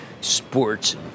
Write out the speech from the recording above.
sports